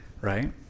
right